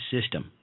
system